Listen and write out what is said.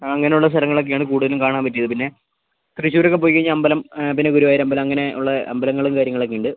അങ്ങനെയുള്ള സ്ഥലങ്ങളൊക്കെയാണ് കൂടുതൽ കാണാൻ പറ്റിയത് പിന്നെ തൃശൂരൊക്കെ പോയി കഴിഞ്ഞാൽ അമ്പലം പിന്നെ ഗുരുവായൂർ അമ്പലം അങ്ങനെ ഉള്ള അമ്പലങ്ങളും കാര്യങ്ങളൊക്കെയുണ്ട്